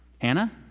Hannah